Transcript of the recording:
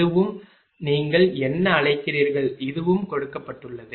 இதுவும் நீங்கள் என்ன அழைக்கிறீர்கள் இதுவும் கொடுக்கப்பட்டுள்ளது